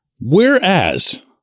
Whereas